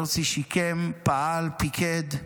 הרצי שיקם, פעל, פיקד,